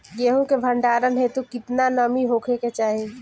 गेहूं के भंडारन हेतू कितना नमी होखे के चाहि?